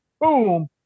boom